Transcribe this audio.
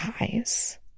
eyes